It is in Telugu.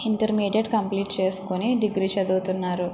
ఇంటర్మీడియట్ కంప్లీట్ చేసుకొని డిగ్రీ చదువుతున్నారు